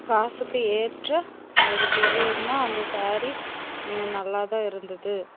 காசுக்கு ஏற்ற ஒரு பொருள்னால் அந்த சேரீ நல்லா தான் இருந்தது